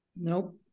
Nope